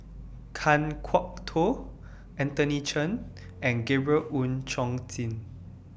Kan Kwok Toh Anthony Chen and Gabriel Oon Chong Jin